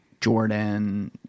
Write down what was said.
Jordan